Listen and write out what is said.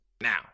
now